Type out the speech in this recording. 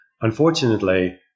Unfortunately